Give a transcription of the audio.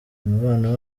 umubano